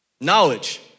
knowledge